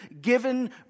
given